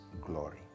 glory